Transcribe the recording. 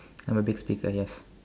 I'm a big speaker yes